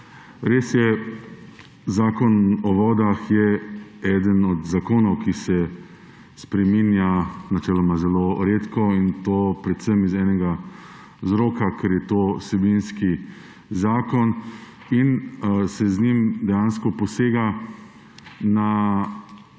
Res je, Zakon o vodah je eden od zakonov, ki se spreminjajo načeloma zelo redko, in to predvsem iz enega razloga, ker je to vsebinski zakon in se z njim dejansko posega na